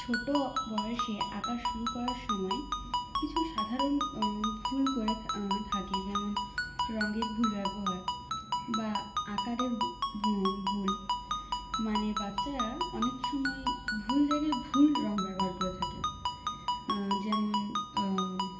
ছোট বয়সে আঁকা শুরু করার সময় কিছু সাধারণ ভুল করে থাকি যেমন রঙের ভুল ব্যবহার বা আকারের ভুল মানে বাচ্চারা অনেক সময় ভুল জায়গায় ভুল রং ব্যবহার করে থাকে যেমন